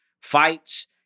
fights